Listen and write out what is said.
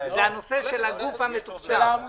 יש הסתייגויות שהגשתי שלא עלו להצבעה.